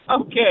Okay